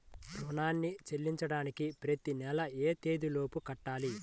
రుణాన్ని చెల్లించడానికి ప్రతి నెల ఏ తేదీ లోపు కట్టాలి?